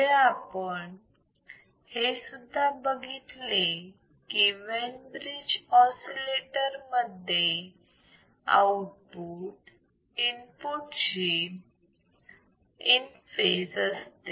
पुढे आपण हे बघितले की वेन ब्रिज ऑसिलेटर मध्ये आउटपुट इनपुट शी इन फेज असते